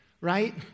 right